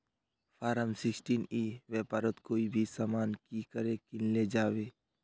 Form sixteen ई व्यापारोत कोई भी सामान की करे किनले जाबे?